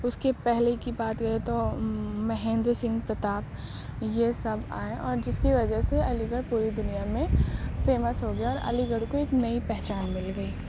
اس کے پہلے کی بات کریں تو مہندر سنگھ پرتاپ یہ سب آئے اور جس کی وجہ سے علی گڑھ پوری دنیا میں فیمس ہو گیا اور علی گڑھ کو ایک نئی پہچان مل گئی